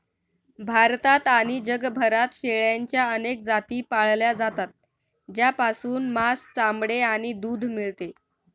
भारतात आणि जगभरात शेळ्यांच्या अनेक जाती पाळल्या जातात, ज्यापासून मांस, चामडे आणि दूध मिळते